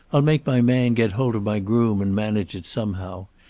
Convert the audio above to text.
i'll make my man get hold of my groom and manage it somehow.